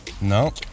No